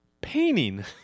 painting